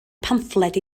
pamffled